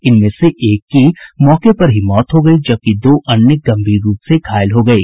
इसमें से एक की मौके पर ही मौत हो गयी जबकि दो अन्य गंभीर रूप से घायल हो गयी